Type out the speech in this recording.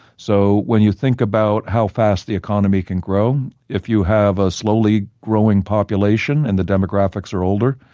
so when you think about how fast the economy can grow, if you have a slowly growing population and the demographics are older,